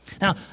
Now